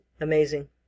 Amazing